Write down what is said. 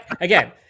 again